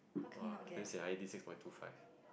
!wah! damn sia I eighty six point two five